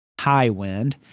Highwind